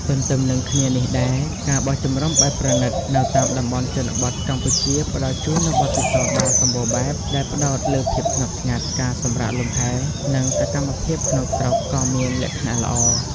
ទន្ទឹមនិងគ្នានេះដែរ ការបោះជំរំបែបប្រណីត នៅតាមតំបន់ជនបទកម្ពុជាផ្តល់ជូននូវបទពិសោធន៍ដ៏សម្បូរបែប ដែលផ្តោតលើភាពស្ងប់ស្ងាត់ ការសម្រាកលំហែ និងសកម្មភាពក្នុងស្រុក ក៏មានលក្ខណៈល្អ។